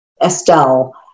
Estelle